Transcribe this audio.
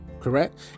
correct